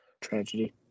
Tragedy